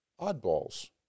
oddballs